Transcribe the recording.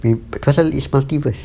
babe cast tu is multiverse